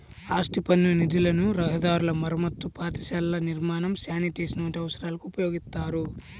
ఆస్తి పన్ను నిధులను రహదారుల మరమ్మతు, పాఠశాలల నిర్మాణం, శానిటేషన్ వంటి అవసరాలకు ఉపయోగిత్తారు